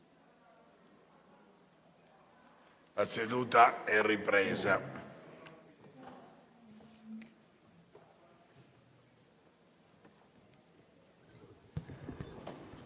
La seduta è sospesa.